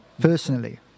personally